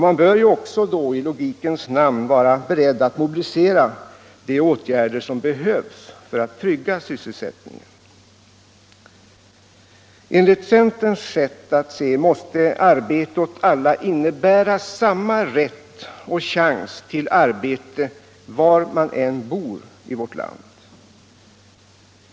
Man bör då också i logikens namn vara beredd att mobilisera de åtgärder som behövs för att trygga sysselsättningen. Enligt centerns sätt att se måste ”arbete åt alla” innebära samma rätt och chans till arbete, var man än bor i vårt land.